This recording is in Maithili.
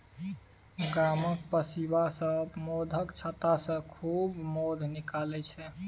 गामक पसीबा सब मौधक छत्तासँ खूब मौध निकालै छै